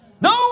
No